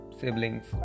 siblings